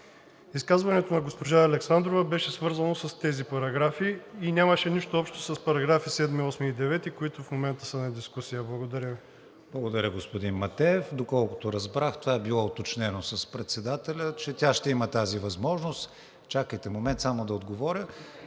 Изказването на госпожа Александрова беше свързано с тези параграфи и нямаше нищо общо с параграфи 7, 8 и 9, които в момента са на дискусия. Благодаря Ви. ПРЕДСЕДАТЕЛ КРИСТИАН ВИГЕНИН: Благодаря, господин Матеев. Доколкото разбрах, това е било уточнено с председателя, че тя ще има тази възможност (реплика от народния